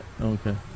Okay